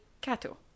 Kato